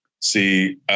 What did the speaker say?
See